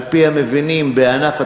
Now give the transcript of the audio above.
על-פי המבינים בענף התיירות,